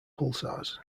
pulsars